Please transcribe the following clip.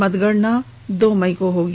मतगणना दो मई को होगी